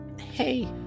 Hey